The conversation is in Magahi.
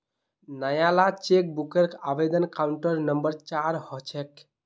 नयाला चेकबूकेर आवेदन काउंटर नंबर चार ह छेक